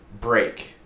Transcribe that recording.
Break